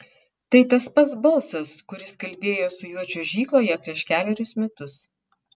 tai tas pats balsas kuris kalbėjo su juo čiuožykloje prieš kelerius metus